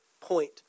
point